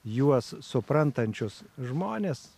juos suprantančius žmones